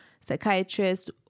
psychiatrist